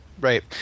right